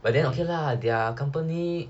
but then okay lah their company